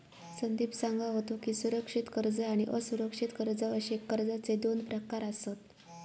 संदीप सांगा होतो की, सुरक्षित कर्ज आणि असुरक्षित कर्ज अशे कर्जाचे दोन प्रकार आसत